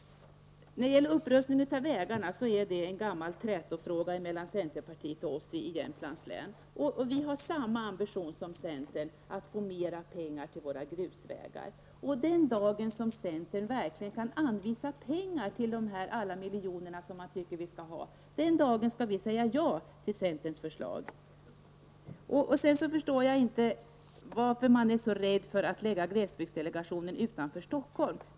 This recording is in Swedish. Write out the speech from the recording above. Upprustningen av vägarna är en gammal trätofråga mellan centerpartiet och socialdemokraterna i Jämtlands län. Vi socialdemokrater har samma ambition som centern, nämligen att få mer pengar till våra grusvägar. Den dag som centern verkligen kan anvisa alla dessa miljoner skall vi socialdemokrater säga ja till centerns förslag. Jag förstår inte varför så många är rädda att förlägga glesbygdsdelegationen utanför Stockholm.